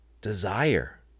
desire